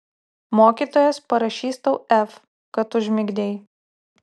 mokytojas parašys tau f kad užmigdei